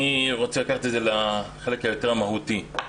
אני רוצה לקחת את זה לחלק היותר מהותי.